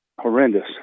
horrendous